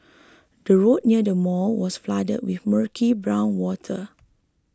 the road near the mall was flooded with murky brown water